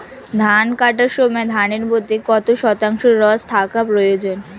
ধান কাটার সময় ধানের মধ্যে কত শতাংশ রস থাকা প্রয়োজন?